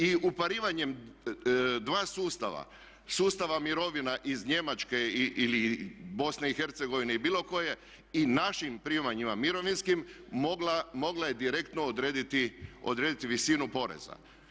I uparivanjem dva sustava, sustava mirovina iz Njemačke ili Bosne i Hercegovine i bilo koje i našim primanjima mirovinskim mogla je direktno odrediti visinu poreza.